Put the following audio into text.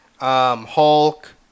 Hulk